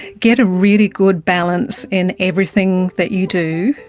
get a really good balance in everything that you do.